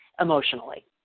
emotionally